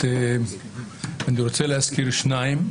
אני רוצה להזכיר שניים,